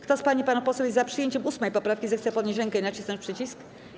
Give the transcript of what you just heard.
Kto z pań i panów posłów jest za przyjęciem 8. poprawki, zechce podnieść rękę i nacisnąć przycisk.